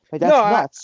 No